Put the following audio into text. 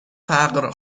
فقر